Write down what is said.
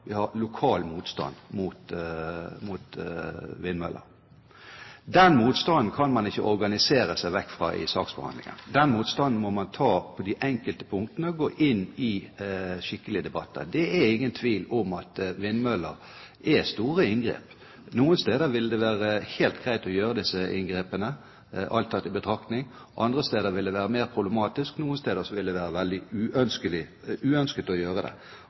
lokal motstand mot vindmøller. Den motstanden kan man ikke organisere seg bort fra i saksbehandlingen. Den motstanden må man ta på de enkelte punktene og gå inn i skikkelige debatter. Det er ingen tvil om at vindmøller medfører store inngrep. Noen steder vil det være helt greit å gjøre disse inngrepene, alt tatt i betraktning, andre steder vil det være mer problematisk, og noen steder vil det være veldig uønsket å gjøre det.